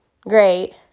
great